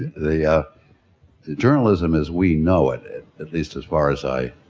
the journalism as we know it, at least as far as i,